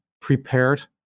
prepared